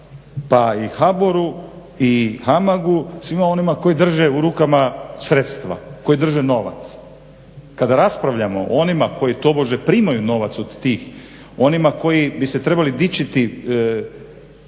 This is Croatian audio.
pa i HBOR-u i HAMAG-u, svima onima koji drže u rukama sredstva, koji drže novac. Kada raspravljamo o onima koji tobože primaju novac od tih, onima koji bi se trebali dičiti